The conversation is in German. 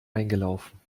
eingelaufen